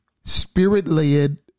spirit-led